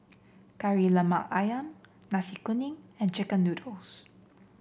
Kari Lemak ayam Nasi Kuning and chicken noodles